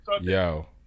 Yo